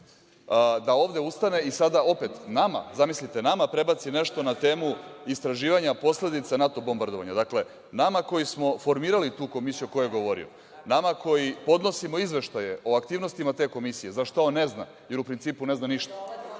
da ovde ustane i sada opet nama, zamislite nama, prebaci nešto na temu istraživanja posledica NATO bombardovanja, nama koji smo formirali tu Komisiju o kojoj je govorio, nama koji podnosimo izveštaje o aktivnostima te Komisije, za šta on ne zna jer u principu ne zna ništa,